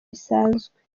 bisanzwe